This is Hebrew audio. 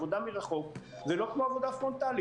עבודה מרחוק זה לא כמו עבודה פרונטלית.